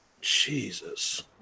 Jesus